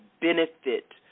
benefit